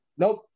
Nope